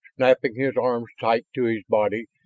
snapping his arms tight to his body,